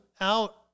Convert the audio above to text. out